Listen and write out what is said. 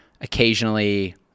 Occasionally